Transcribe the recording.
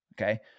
okay